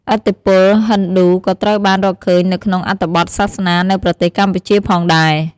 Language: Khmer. ឥទ្ធិពលហិណ្ឌូក៏ត្រូវបានរកឃើញនៅក្នុងអត្ថបទសាសនានៅប្រទេសកម្ពុជាផងដែរ។